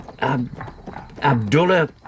Abdullah